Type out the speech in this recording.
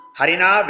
Harina